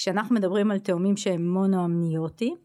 כשאנחנו מדברים על תאומים שהם מונואמניוטי